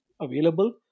available